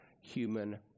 human